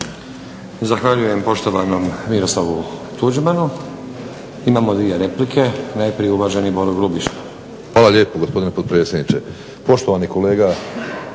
Zahvaljujem poštovanom Miroslavu Tuđmanu. Imamo dvije replike. Najprije uvaženi Boro Grubišić. **Grubišić, Boro (HDSSB)** Hvala lijepo, gospodine potpredsjedniče. Poštovani kolega